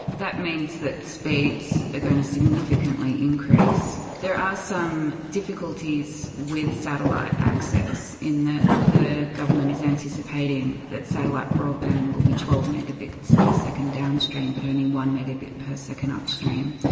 that means that speeds are going to significantly increase. there are some difficulties with satellite access in that the government is anticipating that satellite broadband will be twelve megabits per second downstream but only one megabit per second upstream.